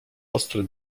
ostry